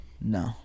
No